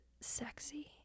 sexy